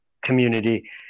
community